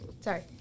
Sorry